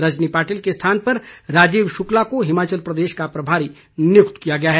रजनी पाटिल के स्थान पर राजीव शुक्ला को हिमाचल प्रदेश का प्रभारी नियुक्त किया गया है